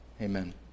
Amen